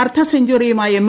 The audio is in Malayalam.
അർധ സെഞ്ചുറിയുമായി എം